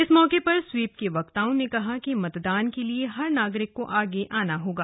इस मौके पर स्वीप के वक्ताओं ने कहा कि मतदान के लिए हर नागरिक को आगे आना होगा